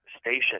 station